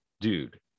dude